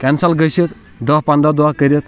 cancel گٔژِھتھ دہ پَنٛدَہ دۄہ کٔرِتھ